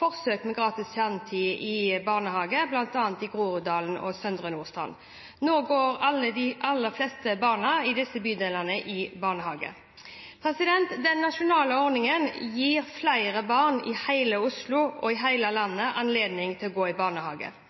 forsøk med gratis kjernetid i barnehage, bl.a. i Groruddalen og Søndre Nordstrand. Nå går de aller fleste barna i disse bydelene i barnehage. Den nasjonale ordningen gir flere barn i hele Oslo og i hele landet anledning til å gå i barnehage.